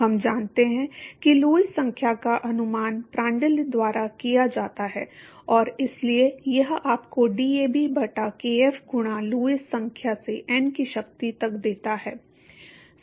हम जानते हैं कि लुईस संख्या का अनुमान प्रांड्ल द्वारा किया जाता है और इसलिए यह आपको डीएबी बटा केएफ गुणा लुईस संख्या से n की शक्ति तक देता है